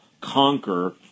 conquer